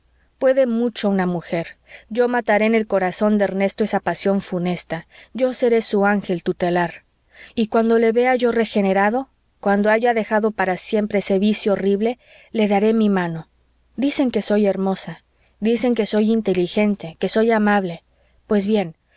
puede mucho una mujer yo mataré en el corazón de ernesto esa pasión funesta yo seré su ángel tutelar y cuando le vea yo regenerado cuando haya dejado para siempre ese vicio horrible le daré mi mano dicen que soy hermosa dicen que soy inteligente que soy amable pues bien